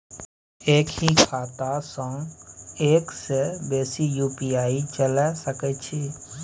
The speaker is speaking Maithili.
एक ही खाता सं एक से बेसी यु.पी.आई चलय सके छि?